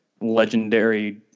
legendary